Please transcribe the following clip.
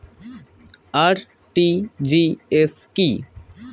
RTGS কি?